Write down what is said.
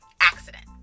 accident